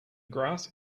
grass